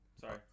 sorry